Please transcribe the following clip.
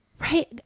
right